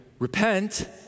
Repent